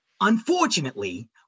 unfortunately